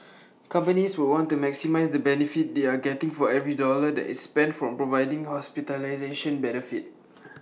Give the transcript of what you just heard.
companies would want to maximise the benefit they are getting for every dollar that is spent from providing hospitalisation benefit